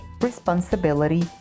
responsibility